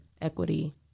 Equity